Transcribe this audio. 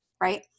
right